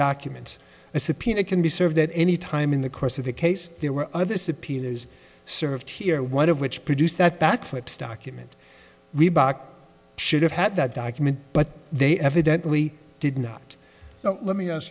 documents a subpoena can be served at any time in the course of the case there were other subpoenas served here one of which produced that backflips document reebok should have had that document but they evidently did not let me ask